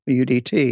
UDT